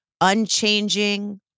unchanging